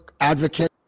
advocate